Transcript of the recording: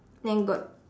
then got